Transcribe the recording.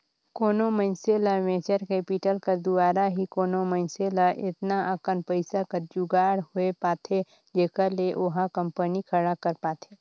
कोनो मइनसे ल वेंचर कैपिटल कर दुवारा ही कोनो मइनसे ल एतना अकन पइसा कर जुगाड़ होए पाथे जेखर ले ओहा कंपनी खड़ा कर पाथे